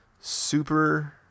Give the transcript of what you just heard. super